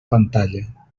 pantalla